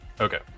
Okay